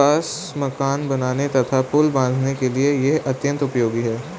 बांस मकान बनाने तथा पुल बाँधने के लिए यह अत्यंत उपयोगी है